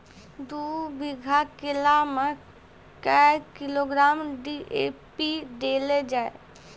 दू बीघा केला मैं क्या किलोग्राम डी.ए.पी देले जाय?